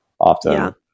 often